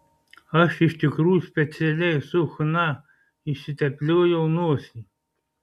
aš iš tikrųjų specialiai su chna išsitepliojau nosį